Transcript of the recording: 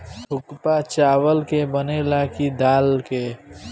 थुक्पा चावल के बनेला की दाल के?